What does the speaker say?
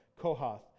Kohath